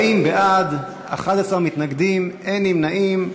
40 בעד, 11 נגד, אין נמנעים.